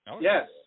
Yes